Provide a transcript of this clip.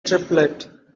triplet